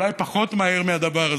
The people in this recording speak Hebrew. אולי פחות מהר מהדבר הזה.